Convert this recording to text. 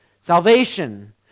salvation